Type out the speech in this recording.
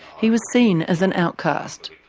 he was seen as an outcast.